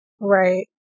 right